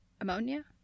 ammonia